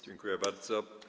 Dziękuję bardzo.